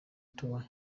tower